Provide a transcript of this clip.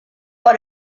got